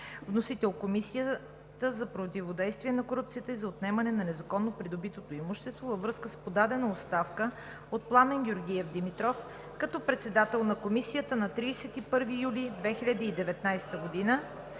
Вносител е Комисията за противодействие на корупцията и за отнемане на незаконно придобитото имущество във връзка с подадена оставка от Пламен Георгиев Димитров като председател на Комисията на 31 юли 2019 г.